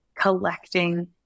collecting